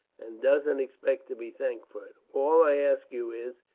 and doesn't expect to be thanked for it. all i ask you is,